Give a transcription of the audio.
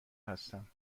هستم